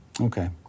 Okay